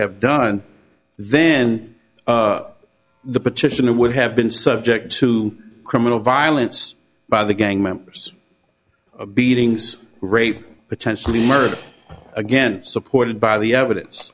have done then the petitioner would have been subject to criminal violence by the gang members beatings rape potentially murder again supported by the evidence